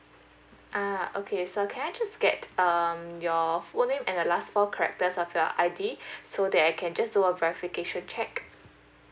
uh okay so can I just get um your full name and the last four characters of your I_D so that I can just do a verification check